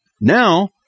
Now